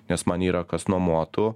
nes man yra kas nuomotų